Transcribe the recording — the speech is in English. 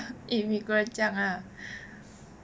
immigrant 这样 lah